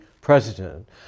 president